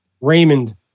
Raymond